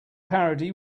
parody